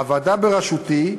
הוועדה בראשותי,